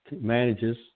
manages